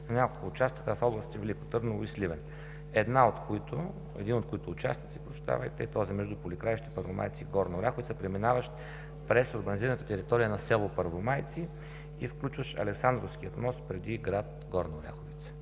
на няколко участъка в областите Велико Търново и Сливен, един от които, е този между Поликраище – Първомайци – Горна Оряховица, преминаващ през урбанизираната територия на село Първомайци и включващ „Александровския мост“ преди град Горна Оряховица.